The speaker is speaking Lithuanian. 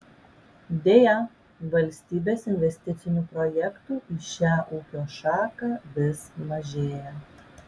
deja valstybės investicinių projektų į šią ūkio šaką vis mažėja